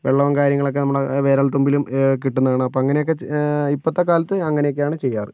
വെള്ളവും കാര്യങ്ങളൊക്കെ നമ്മളുടെ വിരൽ തുമ്പിലും കിട്ടുന്നതാണ് അപ്പോൾ അങ്ങനെയൊക്കെ ഇപ്പോഴത്തെ കാലത്ത് അങ്ങനെ ഒക്കെയാണ് ചെയ്യാറ്